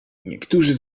niektórzy